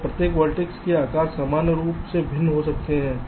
तो प्रत्येक वेर्तिसेस के आकार सामान्य रूप से भिन्न हो सकते हैं